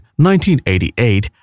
1988